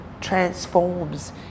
transforms